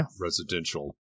residential